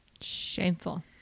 Shameful